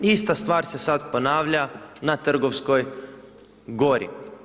Ista stvar se sad ponavlja na Trgovskoj gori.